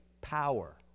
power